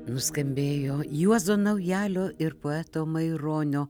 nuskambėjo juozo naujalio ir poeto maironio